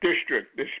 district